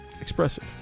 Expressive